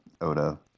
oda